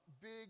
big